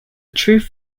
truth